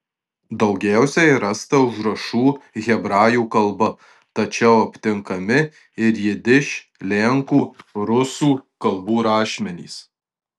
daugiausiai rasta užrašų hebrajų kalba tačiau aptinkami ir jidiš lenkų rusų kalbų rašmenys